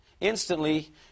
Instantly